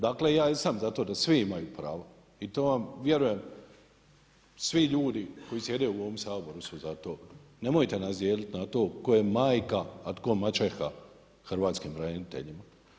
Dakle ja jesam za to da svi imaju pravo i to vam vjerujem svi ljudi koji sjede u ovom Saboru su za to, nemojte nas dijeliti na to tko je majka, a tko maćeha hrvatskim braniteljima.